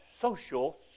social